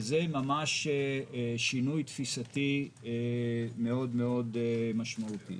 וזה ממש שינוי תפיסתי מאוד מאוד משמעותי.